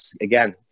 again